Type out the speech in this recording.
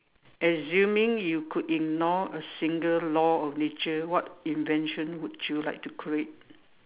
assuming you could ignore a single law of nature what invention would you like to create